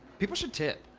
people should tip.